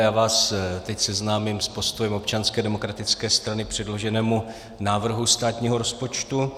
Já vás teď seznámím s postojem Občanské demokratické strany k předloženému návrhu státního rozpočtu.